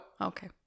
Okay